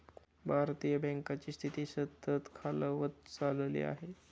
भारतीय बँकांची स्थिती सतत खालावत चालली आहे